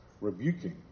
rebuking